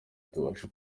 tubashe